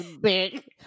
big